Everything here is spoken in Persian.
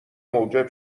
موجب